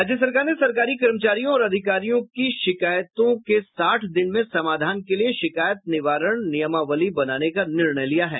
राज्य सरकार ने सरकारी कर्मचारियों और अधिकारियों की शिकायतों के साठ दिन में समाधान के लिये शिकायत निवारण नियमावली बनाने का निर्णय लिया है